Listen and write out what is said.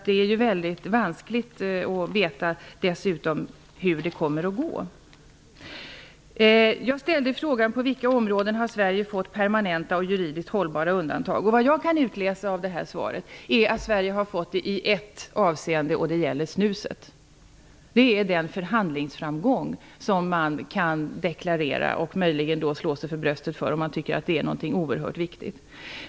Det är vanskligt att veta hur det kommer att gå. Jag ställde frågan på vilka områden Sverige har fått permanenta och juridiskt hållbara undantag. Vad jag kan utläsa av svaret är att Sverige har fått detta i ett avseende, nämligen i fråga om snuset. Det är den förhandlingsframgång som man kan dokumentera och möjligen slå sig för bröstet för -- om man tycker att det är något oerhört viktigt.